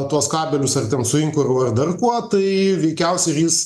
tuos kabelius ar ten su inkaru ar dar kuo tai veikiausiai ir jis